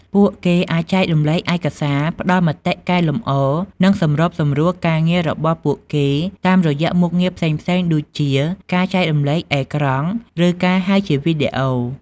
ពួកគេអាចចែករំលែកឯកសារ ផ្ដល់មតិកែលម្អ និងសម្របសម្រួលការងាររបស់ពួកគេតាមរយៈមុខងារផ្សេងៗដូចជាការចែករំលែកអេក្រង់ ឬការហៅជាវីដេអូ។